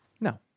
No